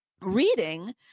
reading